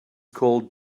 called